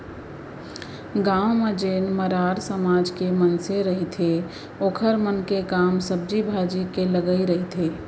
गाँव म जेन मरार समाज के मनसे रहिथे ओखर मन के काम सब्जी भाजी के लगई रहिथे